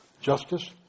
justice